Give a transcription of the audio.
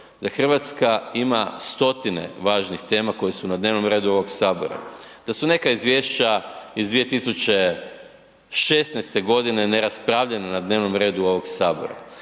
da Hrvatska ima stotine važnih tema koje su na dnevnom redu ovog Sabora, da su neka izvješća iz 2016. godine neraspravljena na dnevnom redu ovog Sabora,